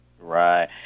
Right